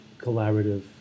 collaborative